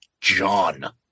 John